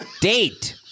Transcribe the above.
Date